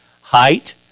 height